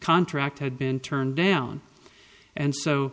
contract had been turned down and so